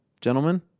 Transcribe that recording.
Gentlemen